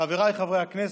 חבריי חברי הכנסת,